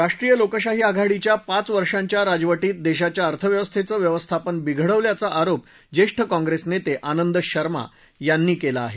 राष्ट्रीय लोकशाही आघाडीच्या पाच वर्षांच्या राजवटीत देशाच्या अर्थव्यवस्थेचं व्यवस्थापन बिघडवल्याचा आरोप ज्येष्ठ काँग्रेस नेते आनंद शर्मा यांनी केला आहे